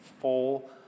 full